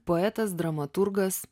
poetas dramaturgas